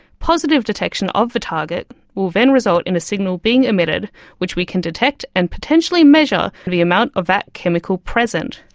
positive detection of the target will then result in a signal being emitted which we can detect and potentially measure the amount of that chemical present.